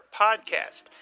Podcast